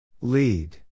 Lead